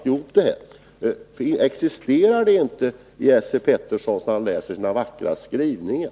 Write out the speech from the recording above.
Inser inte Esse Petersson detta, när han läser sina vackra skrivningar?